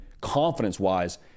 confidence-wise